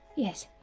yes.